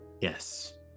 Yes